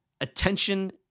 attention